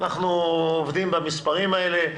אנחנו עובדים במספרים האלה.